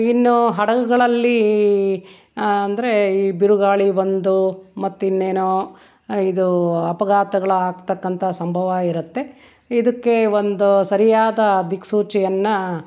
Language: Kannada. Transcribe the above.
ಇನ್ನೂ ಹಡಗುಗಳಲ್ಲೀ ಅಂದರೆ ಈ ಬಿರುಗಾಳಿ ಬಂದು ಮತ್ತು ಇನ್ನೇನೋ ಇದು ಅಪಘಾತಗಳ್ ಆಗ್ತಕ್ಕಂಥ ಸಂಭವ ಇರುತ್ತೆ ಇದಕ್ಕೆ ಒಂದು ಸರಿಯಾದ ದಿಕ್ಸೂಚಿಯನ್ನು